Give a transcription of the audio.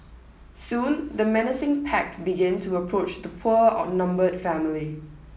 soon the menacing pack begin to approach the poor outnumbered family